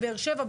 בבאר שבע,